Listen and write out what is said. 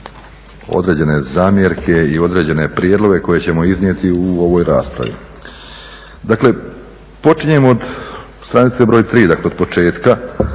određene zamjerke i određene prijedloge koje ćemo iznijeti u ovoj raspravi. Dakle počinjem od stranice broj 3, dakle od početka